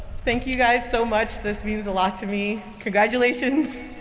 thank you guys so much. this means a lot to me. congratulations.